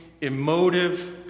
emotive